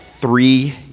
three